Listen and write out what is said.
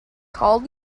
called